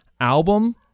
album